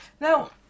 Now